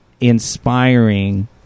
inspiring